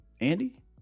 Andy